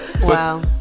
Wow